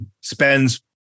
Spends